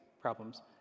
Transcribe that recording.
problems